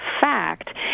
fact